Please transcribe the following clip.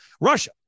Russia